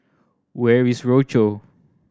where is Rochor